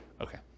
Okay